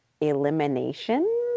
elimination